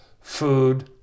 food